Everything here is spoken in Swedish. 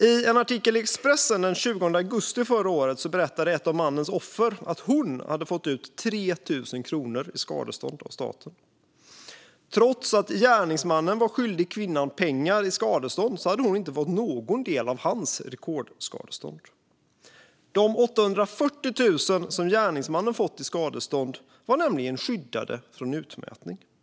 I en artikel i Expressen den 20 augusti förra året berättade ett av mannens offer att hon fått ut 3 000 kronor i skadestånd av staten. Trots att gärningsmannen var skyldig kvinnan pengar i skadestånd hade hon inte fått någon del av hans rekordskadestånd. De 840 000 som gärningsmannen hade fått i skadestånd var nämligen skyddade från utmätning. Fru talman!